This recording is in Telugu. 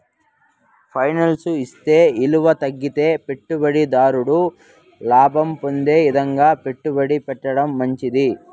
ఫైనాన్స్ల ఆస్తి ఇలువ తగ్గితే పెట్టుబడి దారుడు లాభం పొందే ఇదంగా పెట్టుబడి పెట్టడం మంచిది